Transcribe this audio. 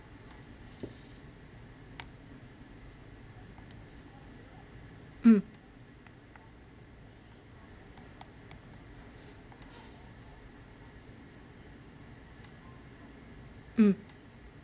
mm mm